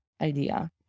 Idea